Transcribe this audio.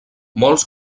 molts